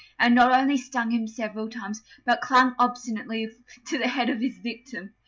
and not only stung him several times, but clung obstinately to the head of his victim.